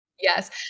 yes